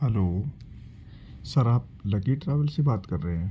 hello sir آپ lucky travel سے بات کر رہے ہیں